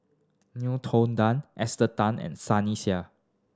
Ngiam Tong Dow Esther Tan and Sunny Sia